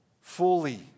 fully